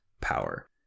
power